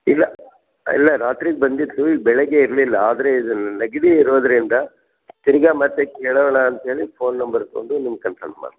ಇದು ಇಲ್ಲ ರಾತ್ರಿಗೆ ಬಂದಿತ್ತು ಈಗ ಬೆಳಗ್ಗೆ ಇರ್ಲಿಲ್ಲ ಆದರೆ ಈ ನೆಗಡಿ ಇರೋದರಿಂದ ತಿರ್ಗಾ ಮತ್ತೆ ಕೇಳೋಣಾ ಅಂಥೇಳಿ ಫೋನ್ ನಂಬರ್ ತಗೊಂಡು ನಿಮ್ಮ ಕನ್ಸಲ್ಟ್ ಮಾಡಿದೆ